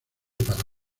para